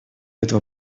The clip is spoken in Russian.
этого